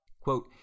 Quote